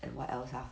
and what else ah